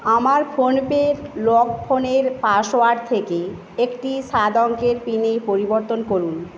আমার ফোন পের লক ফোনের পাসওয়ার্ড থেকে একটি সাত অঙ্কের পিনে পরিবর্তন করুন